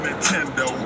Nintendo